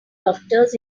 doctors